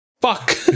Fuck